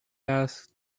asked